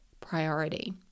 priority